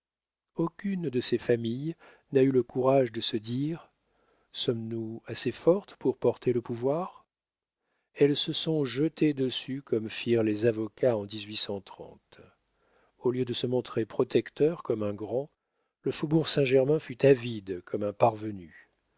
aucune de ces familles n'a eu le courage de se dire sommes-nous assez fortes pour porter le pouvoir elle se sont jetées dessus comme firent les avocats en au lieu de se montrer protecteur comme un grand le faubourg saint-germain fut avide comme un parvenu